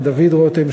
דוד רותם,